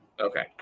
Okay